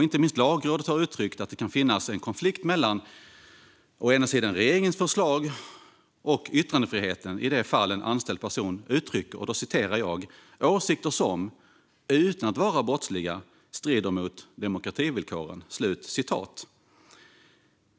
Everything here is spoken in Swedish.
Inte minst Lagrådet har uttryckt att det kan finnas en konflikt mellan regeringens förslag och yttrandefriheten i de fall en anställd person uttrycker "åsikter som, utan att vara brottsliga, strider mot demokrativillkoren".